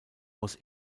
was